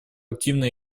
активно